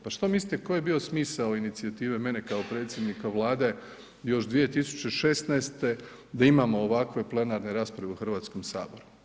Pa šta mislite koji je bio smisao inicijative mene kao predsjednika Vlade još 2016. da imamo ovakve plenarne rasprave u Hrvatskom saboru?